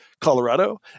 Colorado